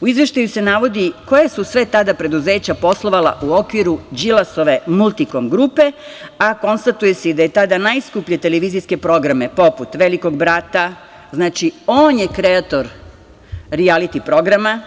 U Izveštaju se navodi koje su sve tada preduzeća poslova u okviru Đilasove Multikom grupe, a konstatuje se i da je tada najskuplje televizijske programe, poput „Velikog brata“, on je kreator rijaliti programa